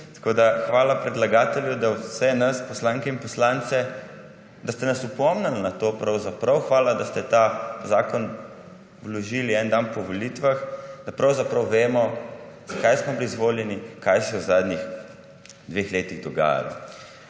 Hvala predlagatelju, da vse nas poslanke in poslance, da ste nas opomnili na to pravzaprav. Hvala, da ste ta zakon vložili en dan po volitvah, da pravzaprav vemo zakaj smo bili izvoljeni, kaj se je v zadnjih dveh letih dogajalo.